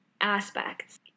aspects